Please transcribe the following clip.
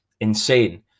insane